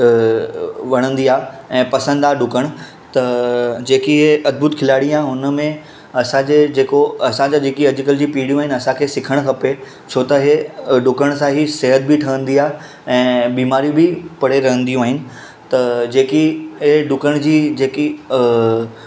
त वणंदी आहे ऐं पसंददार डुकणु त जेकी हीअ अद्भुत खिलाड़ी आहे हुन में असांजे जेको असांजी जेकी अॼु कल्ह जी पीढ़ियूं आहिनि असांखे सिखणु खपे छो त हे डुकण सां ही सिहत बि ठहंदी आहे ऐं बीमारी बि परे रहंदियूं आहिनि त जेकी इहे डुकण जी जेकी